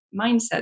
mindset